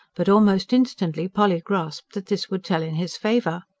but almost instantly polly grasped that this would tell in his favour.